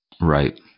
Right